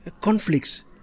conflicts